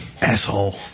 Asshole